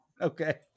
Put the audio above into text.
Okay